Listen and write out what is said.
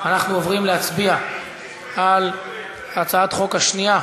אנחנו עוברים להצביע על הצעת חוק השנייה.